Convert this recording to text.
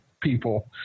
people